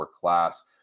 class